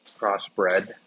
crossbred